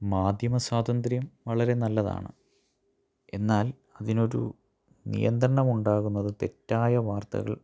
മാധ്യമ സ്വാതന്ത്ര്യം വളരെ നല്ലതാണ് എന്നാൽ അതിനൊരു നിയന്ത്രണമുണ്ടാകുന്നത് തെറ്റായ വാർത്തകൾ